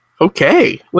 Okay